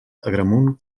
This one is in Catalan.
agramunt